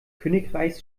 königreichs